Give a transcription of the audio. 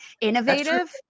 innovative